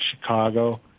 Chicago